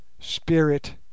spirit